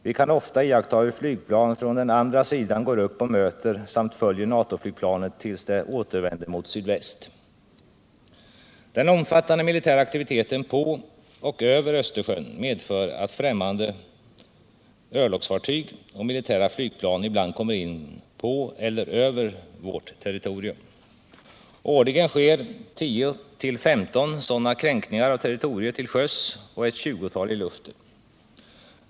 Vi kan ofta iaktta hur flygplan från den andra sidan går upp och möter samt följer NATO-flygplanet tills det återvänder mot sydväst. Den omfattande militära aktiviteten på och över Östersjön medför att främmande örlogsfartyg och militära Nygplan ibland kommer in på eller över vårt territorium. Årligen sker 10-15 sådana kränkningar av territoriet till sjöss och ett 20-tal i luften.